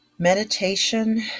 Meditation